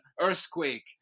earthquake